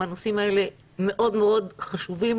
הנושאים האלה מאוד מאוד חשובים.